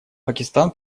пакистан